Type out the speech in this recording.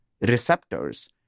receptors